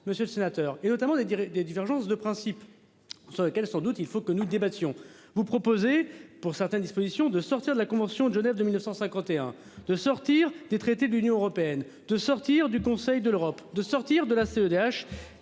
Monsieur le sénateur, et notamment des, des, des divergences de principe sur lequel, sans doute, il faut que nous débattions vous proposez pour certaines dispositions de sortir de la Convention de Genève de 1951 de sortir des traités de l'Union européenne de sortir du Conseil de l'Europe de sortir de la CEDH